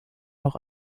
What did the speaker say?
noch